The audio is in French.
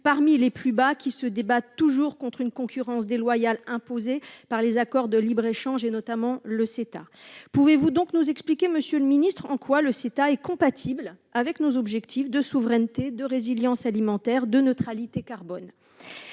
parmi les plus bas, et qui se débattent toujours contre une concurrence déloyale imposée par les accords de libre-échange, notamment l'accord économique et commercial global (CETA). Pouvez-vous donc nous expliquer, monsieur le ministre, en quoi le CETA est compatible avec nos objectifs de souveraineté, de résilience alimentaire et de neutralité carbone ?